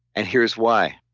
and here's why.